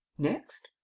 next?